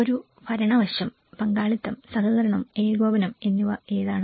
ഒരു ഭരണ വശം പങ്കാളിത്തം സഹകരണം ഏകോപനം എന്നിവ ഏതാണ്